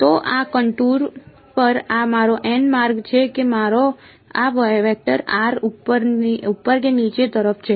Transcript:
તો આ કનટુર પર આ મારો માર્ગ છે કે મારો આ વેક્ટર આર ઉપર કે નીચે તરફ છે